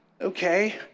Okay